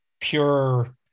pure